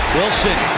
Wilson